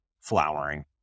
flowering